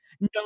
no